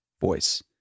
voice